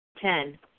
Ten